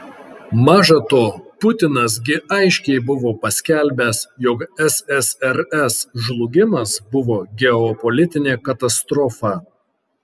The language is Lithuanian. maža to putinas gi aiškiai buvo paskelbęs jog ssrs žlugimas buvo geopolitinė katastrofa